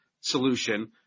solution